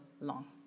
long